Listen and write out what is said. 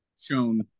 shown